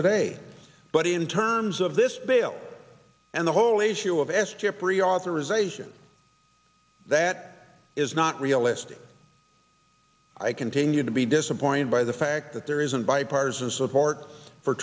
today but in terms of this bill and the whole issue of s chip reauthorization that is not realistic i continue to be disappointed by the fact that there isn't bipartisan support for